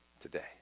today